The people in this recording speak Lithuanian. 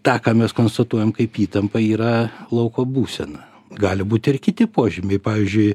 tą ką mes konstatuojam kaip įtampą yra lauko būsena gali būti ir kiti požymiai pavyzdžiui